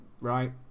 Right